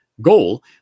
goal